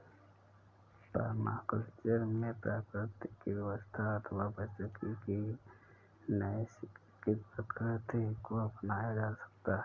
permaculture में प्रकृति की व्यवस्था अथवा पारिस्थितिकी की नैसर्गिक प्रकृति को अपनाया जाता है